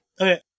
Okay